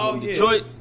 Detroit